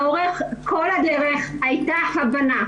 לאורך כל הדרך הייתה הבנה,